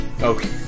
Okay